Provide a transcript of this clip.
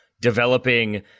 developing